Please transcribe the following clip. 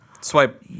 Swipe